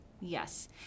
yes